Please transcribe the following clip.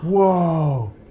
Whoa